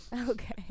Okay